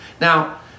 Now